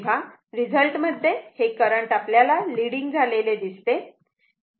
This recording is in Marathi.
तेव्हा रिझल्ट मध्ये हे करंट आपल्याला लीडिंग झालेले दिसत आहे